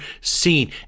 seen